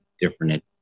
different